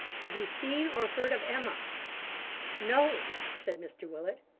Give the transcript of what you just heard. have you seen, or heard of emma no! said mr willet.